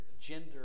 Gender